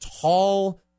tall